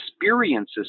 experiences